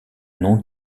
nom